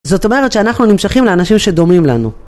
זאת אומרת שאנחנו נמשכים לאנשים שדומים לנו.